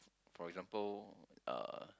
for example uh